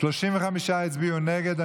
35 הצביעו נגד.